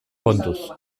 kontuz